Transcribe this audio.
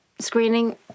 screening